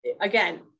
Again